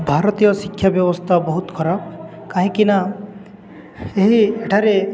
ଭାରତୀୟ ଶିକ୍ଷା ବ୍ୟବସ୍ଥା ବହୁତ ଖରାପ କାହିଁକି ନା ଏହି ଏଠାରେ